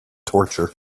torture